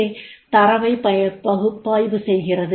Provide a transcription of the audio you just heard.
ஏ தர வை பகுப்பாய்வு செய்கிறது